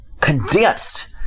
condensed